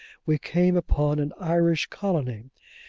we came upon an irish colony.